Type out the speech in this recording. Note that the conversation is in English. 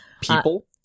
People